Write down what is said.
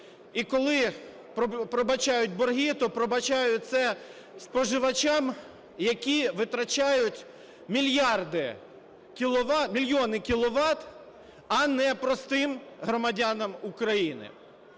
І коли пробачають борги, то пробачають це споживачам, які витрачають мільйони кіловат, а не простим громадянам України.